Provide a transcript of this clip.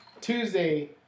Tuesday